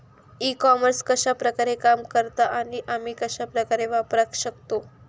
E commerce कश्या प्रकारे काम करता आणि आमी कश्या प्रकारे वापराक शकतू?